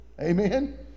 Amen